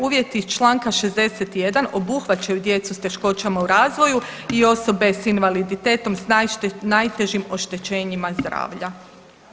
Uvjeti iz čl. 61. obuhvaćaju djecu s teškoćama u razvoju i osobe s invaliditetom s najtežim oštećenjima zdravlja.